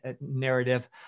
narrative